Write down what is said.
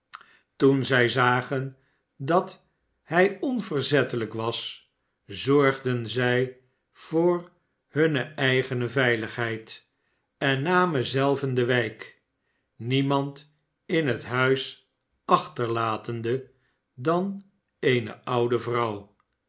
toen zij zagen dat hij onverzettelijk was zorgden zij voor hunne eigene veihgheid en namen zelven de wijk niemand in het huis achterlatende dan eene oude vrouw